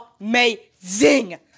amazing